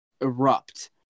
erupt